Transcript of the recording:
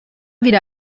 wieder